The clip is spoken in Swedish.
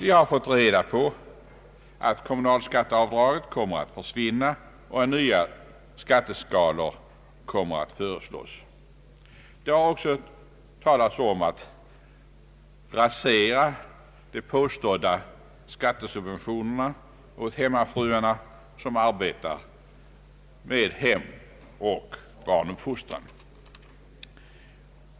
Vi har fått reda på att kommunalskatteavdraget skall försvinna och att nya skatteskalor kommer att föreslås. Man har också talat om att rasera de påstådda skattesubventionerna åt hemmafruar som arbetar med hem och barnuppfostran.